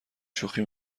شوخی